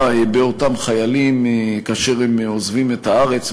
באותם חיילים כאשר הם עוזבים את הארץ,